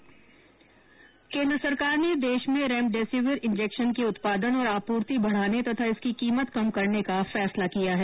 केन्द्र सरकार ने देश में रेमडेसिविर इंजेक्शन के उत्पादन और आपूर्ति बढाने तथा इसकी कीमत कम करने का फैसला किया है